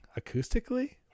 acoustically